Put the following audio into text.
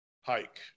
hike